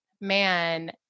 man